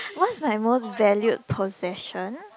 what's my most valued possession